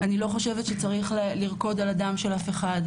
אני לא חושבת שצריך לרקוד על הדם של אף אחד,